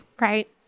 Right